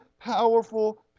powerful